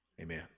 Amen